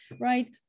right